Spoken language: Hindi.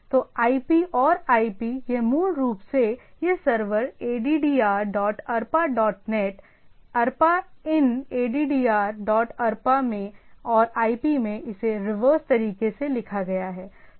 तो IP और IP यह मूल रूप से यह server addr dot arpa dot net arpa in addr dot arpa में है और IP मैं इसे रिवर्स तरीके से लिखा गया है